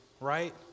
right